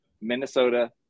Minnesota